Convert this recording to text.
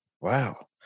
Wow